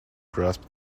grasp